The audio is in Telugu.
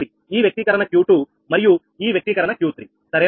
ఈ వ్యక్తీకరణ Q2 మరియు ఈ వ్యక్తీకరణ Q3 సరేనా